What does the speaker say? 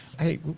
Hey